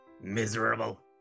miserable